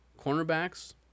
Cornerbacks